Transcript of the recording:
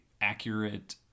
accurate